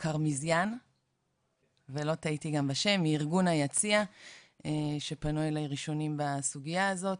קרמזיאן מארגון היציע שפנו אליי ראשונים בסוגיה הזו.